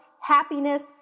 happiness